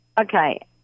Okay